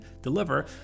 deliver